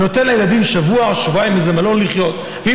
ונותן לילדים שבוע או שבועיים לחיות באיזה מלון.